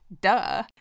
Duh